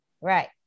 Right